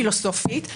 פילוסופית,